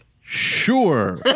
Sure